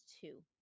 two